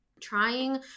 trying